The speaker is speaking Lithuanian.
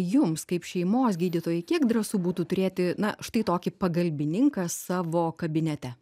jums kaip šeimos gydytojai kiek drąsu būtų turėti na štai tokį pagalbininką savo kabinete